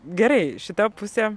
gerai šita pusė